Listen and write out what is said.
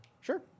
Sure